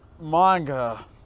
manga